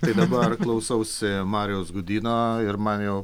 tai dabar klausausi marijaus gudyno ir man jau